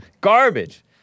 Garbage